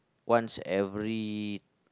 once every